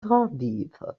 tardive